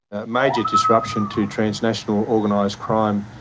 a major disruption to transnational organised crime,